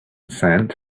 sand